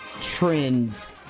trends